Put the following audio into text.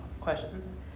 questions